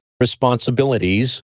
responsibilities